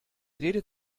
redet